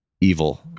evil